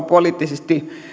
poliittisesti